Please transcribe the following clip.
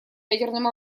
ядерным